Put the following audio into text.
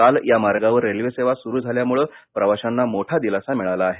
काल या मार्गावर रेल्वेसेवा सुरू झाल्यामुळे प्रवाशांना मोठा दिलासा मिळाला आहे